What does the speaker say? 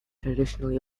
traditionally